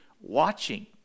watching